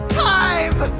time